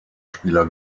spieler